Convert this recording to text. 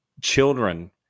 children